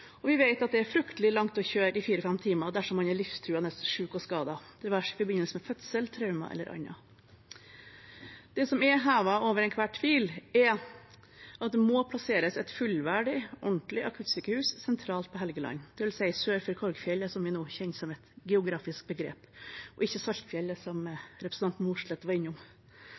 og vi vet at det er fryktelig langt å kjøre i fire–fem timer dersom man er livstruende syk og skadet, det være seg i forbindelse med fødsel, traumer eller annet. Det som er hevet over enhver tvil, er at det må plasseres et fullverdig, ordentlig akuttsykehus sentralt på Helgeland, dvs. sør for Korgfjellet, som vi nå kjenner som et geografisk begrep, og ikke Saltfjellet, som representanten Mossleth var